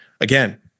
Again